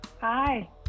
Hi